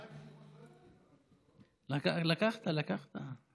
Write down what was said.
לקחת, לקחת.